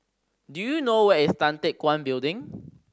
do you know where is Tan Teck Guan Building